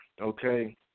okay